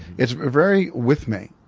it's very with me.